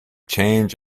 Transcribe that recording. change